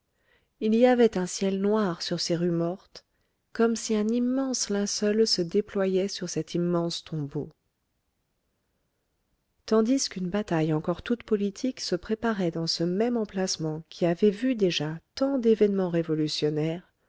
il y avait un ciel noir sur ces rues mortes comme si un immense linceul se déployait sur cet immense tombeau tandis qu'une bataille encore toute politique se préparait dans ce même emplacement qui avait vu déjà tant d'événements révolutionnaires